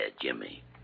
Jimmy